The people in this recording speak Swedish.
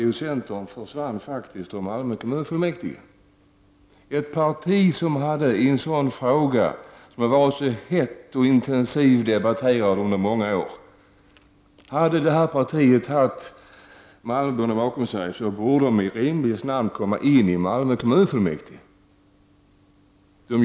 Jo, centern försvann faktiskt ur Malmö kommunfullmäktige. Om centerpartiet i denna fråga, som varit så hett och intensivt debatterad under många år, hade haft malmöborna bakom sig, då borde partiet i rimlighetens namn komma in i Malmö kommunfullmäktige.